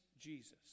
Jesus